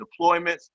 deployments